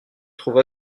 trouve